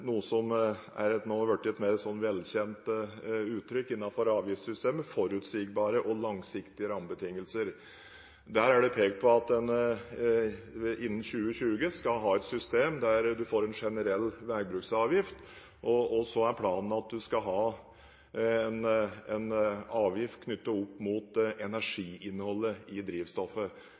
nå er blitt et mer velkjent uttrykk innenfor avgiftssystemet: forutsigbare og langsiktige rammebetingelser. Der er det pekt på at en innen 2020 skal ha et system hvor en har en generell veibruksavgift, og så er planen at du skal ha en avgift knyttet opp mot energiinnholdet i drivstoffet.